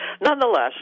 Nonetheless